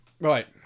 right